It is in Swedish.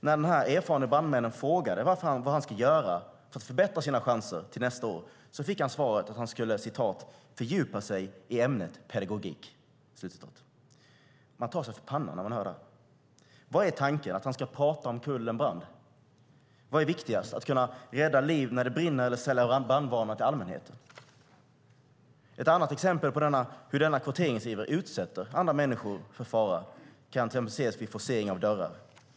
När den här erfarna brandmannen frågade vad han skulle göra för att förbättra sina chanser till nästa år fick han svaret att han skulle fördjupa sig i ämnet pedagogik. Man tar sig för pannan när man hör det här. Vad är tanken - att han ska prata omkull en brand? Vad är viktigast, att kunna rädda liv när det brinner eller att sälja brandvarnare till allmänheten? Ett annat exempel på hur denna kvoteringsiver utsätter andra människor för fara kan till exempel ses vid forcering av dörrar.